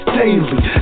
daily